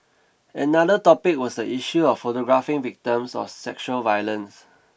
another topic was the issue of photographing victims of sexual violence